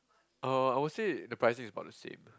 uh I will say the pricing is about the same